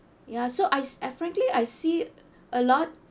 ya so I s~ I frankly I see a lot